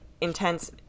intense